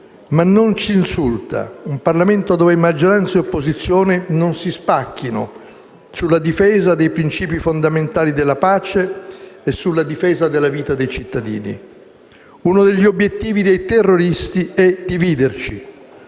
ma non si insulta, un Parlamento dove maggioranza e opposizione non si spacchino sulla difesa dei principi fondamentali della pace e sulla difesa della vita dei cittadini. Uno degli obiettivi dei terroristi è dividerci: